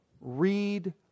read